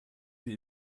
sie